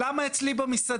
ולמה אצלי במסעדה?